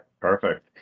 perfect